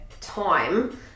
time